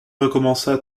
recommença